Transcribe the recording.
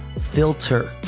Filter